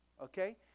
okay